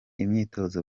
imyitozo